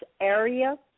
Area